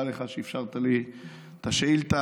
פעם נוספת תודה לך שאפשרת לי את השאילתה,